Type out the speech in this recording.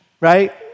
right